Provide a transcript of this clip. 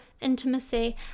intimacy